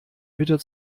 bitte